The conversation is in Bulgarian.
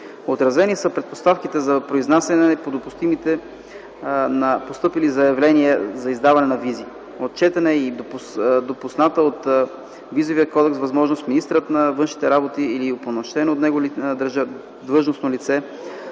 Отразени са и предпоставките за произнасяне по допустимостта на постъпили заявления за издаване на визи. Отчетена е и допуснатата от Визовия кодекс възможност министърът на външните работи или упълномощено от него длъжностно лице